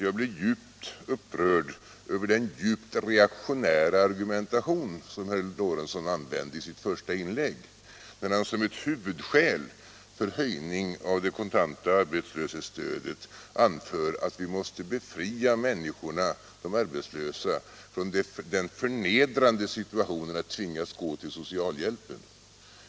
Jag blev upprörd över den djupt reaktionära argumentation som herr Lorentzon använde i sitt första inlägg, när han som ett huvudskäl för höjning av det kontanta arbetslöshetsstödet anförde att vi måste befria de arbetslösa från den förnedrande situationen att tvingas gå till socialhjälpen.